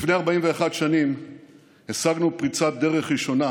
לפני 41 שנים השגנו פריצת דרך ראשונה